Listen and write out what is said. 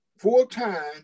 full-time